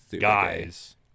Guys